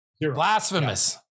Blasphemous